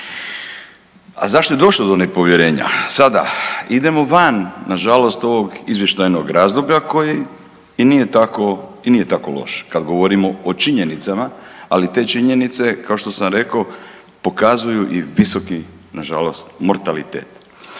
A zašto je došlo do nepovjerenja? Sada idemo van na žalost ovog izvještajnog razdoblja koji i nije tako loš kada govorimo o činjenicama. Ali te činjenice kao što sam rekao pokazuju i visoki na žalost mortalitet.